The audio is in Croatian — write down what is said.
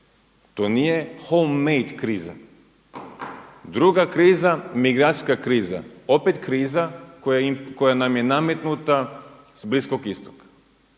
to nije homemade kriza. Druga kriza, migracijska kriza, opet kriza koja nam je nametnuta s Bliskog Istoka.